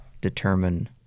determine